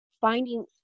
finding